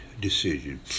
decision